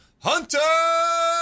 Hunter